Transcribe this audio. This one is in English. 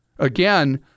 again